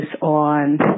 on